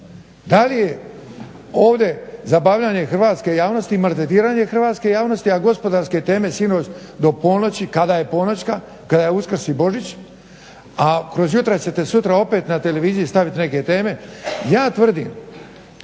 Da li je ovdje zabavljanje hrvatske javnosti i maltretiranje hrvatske javnosti, a gospodarske teme sinoć do ponoći kada je ponoćka kada je Uskrs i Božić, a kroz jutra ćete sutra opet na televiziji staviti neke teme. Ja tvrdim